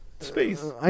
Space